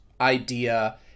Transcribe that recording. idea